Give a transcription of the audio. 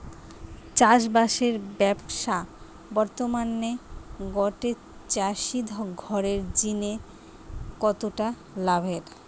চাষবাসের ব্যাবসা বর্তমানে গটে চাষি ঘরের জিনে কতটা লাভের?